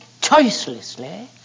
choicelessly